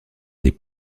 des